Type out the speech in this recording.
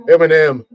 Eminem